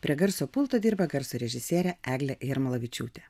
prie garso pulto dirba garso režisierė eglė jarmolavičiūtė